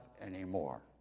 anymore